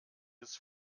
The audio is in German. des